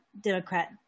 Democrat